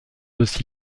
aussi